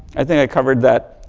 i think i covered that.